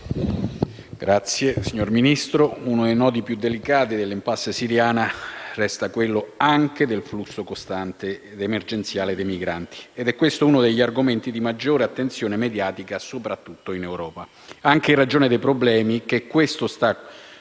Signor Ministro, uno dei nodi più delicati dell'*impasse* siriana resta quello del flusso costante ed emergenziale dei migranti. È questo uno degli argomenti di maggiore attenzione mediatica soprattutto in Europa, anche in ragione dei problemi che sta